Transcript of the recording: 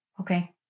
Okay